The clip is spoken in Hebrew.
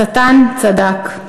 השטן צדק.